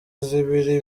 zibiri